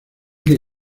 que